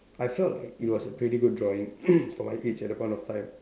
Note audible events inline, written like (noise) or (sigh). I felt like it was a pretty good drawing (noise) for my age at that point of time